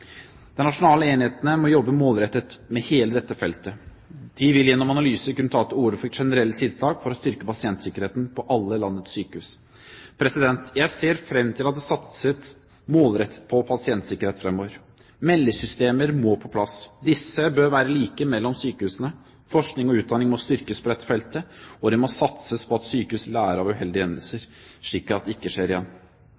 Den nasjonale enheten må jobbe målrettet med hele dette feltet. De vil gjennom analyser kunne ta til orde for generelle tiltak for å styrke pasientsikkerheten ved alle landets sykehus. Jeg ser frem til at det satses målrettet på pasientsikkerhet fremover. Meldesystemer må på plass, de bør være like mellom sykehusene, forskning og utdanning må styrkes på dette feltet, og det må satses på at sykehus lærer av uheldige hendelser